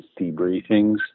debriefings